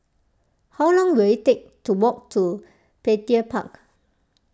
how long will it take to walk to Petir Park